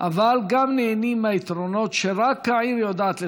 אבל גם נהנים מהיתרונות שרק העיר יודעת לספק: